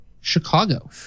Chicago